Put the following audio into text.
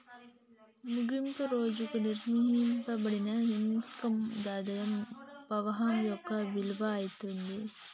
ముగింపు రోజుకి నిర్ణయింపబడిన ఇన్కమ్ ఆదాయ పవాహం యొక్క విలువ అయితాది